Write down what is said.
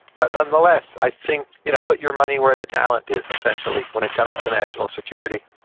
but nonetheless, i think you know put your money where the talent is essentially when it comes to national security.